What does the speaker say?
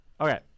Okay